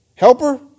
Helper